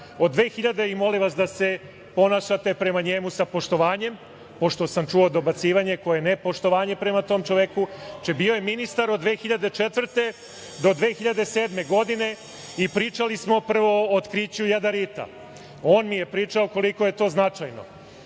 od 2000. godine i molim vas da se ponašate prema njemu sa poštovanjem, pošto sam čuo dobacivanje koje je nepoštovanje prema tom čoveku. Znači, bio je ministar od 2004. do 2007. godine i pričali smo upravo o otkriću jadarita. On mi je pričao koliko je to značajno.